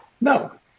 no